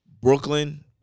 Brooklyn